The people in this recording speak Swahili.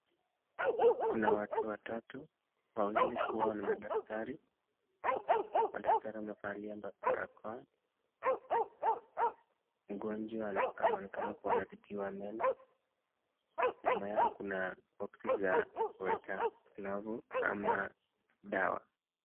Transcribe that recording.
Kuna watu watatu, wawili wao ni daktari. Madaktari wamevaa barakoa. Mgonjwa anaonekana kuwa anatibiwa meno. Nyuma yao kuna boxi za kuweka dawa.